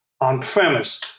on-premise